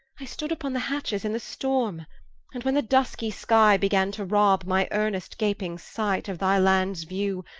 i stood vpon the hatches in the storme and when the duskie sky, began to rob my earnest-gaping-sight of thy lands view,